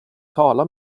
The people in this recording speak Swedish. tala